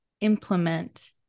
implement